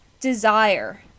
desire